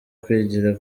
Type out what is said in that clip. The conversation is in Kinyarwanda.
kwigira